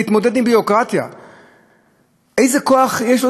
לא לו וגם לא למשפחתו, יחד עם התשישות שיש בו.